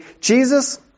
Jesus